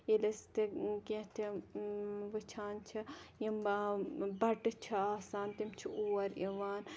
ییٚلہِ أسۍ تہِ کینٛہہ تہِ وٕچھان چھِ یِم بَٹہٕ چھِ آسان تِم چھِ اور یِوان